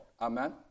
Amen